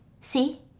see